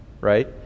right